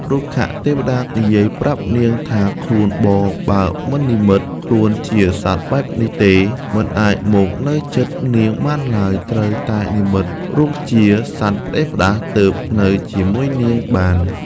រុក្ខទេវតានិយាយប្រាប់នាងថាខ្លួនបងបើមិននិម្មិត ខ្លួនជាសត្វបែបនេះទេ មិនអាចមកនៅជិតនាងបានឡើយត្រូវតែនិម្មិតរូបជាសត្វផ្ដេសផ្ដាស់ទើបនៅជាមួយ នាងបាន ។